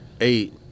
eight